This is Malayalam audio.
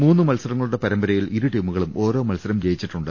മൂന്നു മത്സരങ്ങളുടെ പരമ്പരയിൽ ഇരുടീമുകളും ഓരോ മത്സരം ജയിച്ചിട്ടുണ്ട്